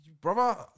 brother